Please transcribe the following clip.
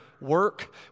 work